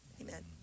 amen